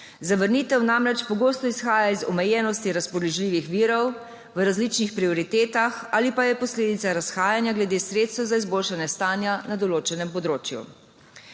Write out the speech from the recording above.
Zavrnitev namreč pogosto izhaja iz omejenosti razpoložljivih virov, iz različnih prioritet ali pa je posledica razhajanja glede sredstev za izboljšanje stanja na določenem področju.